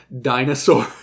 Dinosaur